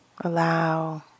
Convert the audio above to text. allow